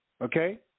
Okay